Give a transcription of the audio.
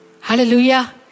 Hallelujah